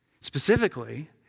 Specifically